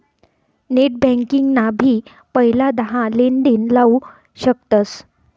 net banking ना भी पहिला दहा लेनदेण लाऊ शकतस